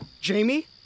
Jamie